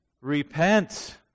Repent